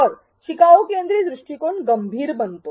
तरशिकाऊ केंद्रीत दृष्टीकोन गंभीर बनतो